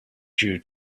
due